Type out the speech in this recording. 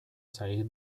sair